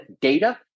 data